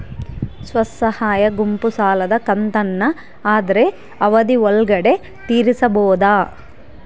ಸ್ವಸಹಾಯ ಗುಂಪು ಸಾಲದ ಕಂತನ್ನ ಆದ್ರ ಅವಧಿ ಒಳ್ಗಡೆ ತೇರಿಸಬೋದ?